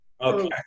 Okay